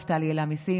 נפתלי העלה מיסים,